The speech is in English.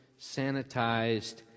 sanitized